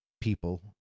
people